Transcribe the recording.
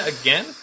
again